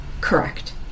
Correct